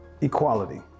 equality